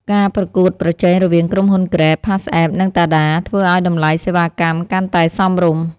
ការប្រកួតប្រជែងរវាងក្រុមហ៊ុន Grab, PassApp និង Tada ធ្វើឱ្យតម្លៃសេវាកម្មកាន់តែសមរម្យ។